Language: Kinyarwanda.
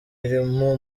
irimo